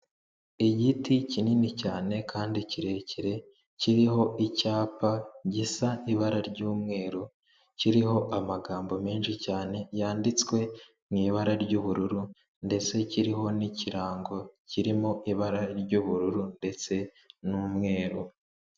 Igiti kinini cyane kandi kirekire, kiriho icyapa gisa ibara ry'umweru, kiriho amagambo menshi cyane, yanditswe mu ibara ry'ubururu ndetse kiriho n'ikirango kirimo ibara ry'ubururu ndetse n'umweru.